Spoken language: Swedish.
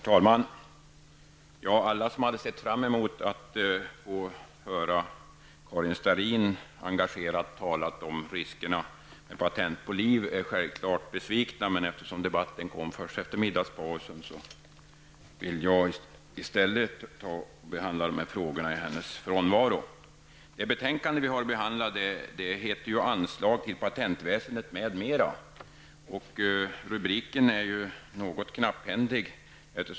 Herr talman! Alla som hade sett fram emot att få höra Karin Starrin engagerat med tala om riskerna för patent på liv är självfallet besvikna, men eftersom debatten förs nu efter middagspausen deltar jag i debatten i hennes frånvaro. Det betänkande vi nu behandlar heter ''Anslag till patentväsendet m.m.''. Rubriken är något knapphändig.